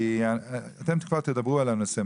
אתם כבר תדברו על הנושא,